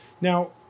Now